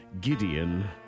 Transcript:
Gideon